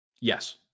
Yes